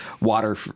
water